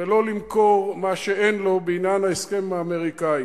ולא למכור מה שאין לו בעניין ההסכם עם האמריקנים.